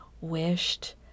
wished